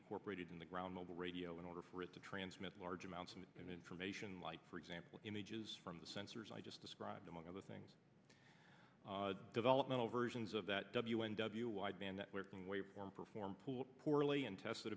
incorporated in the ground mobile radio in order for it to transmit large amounts of information like for example images from the sensors i just described among other things developmental versions of that w n w wideband that where can wave form perform pool poorly in tests that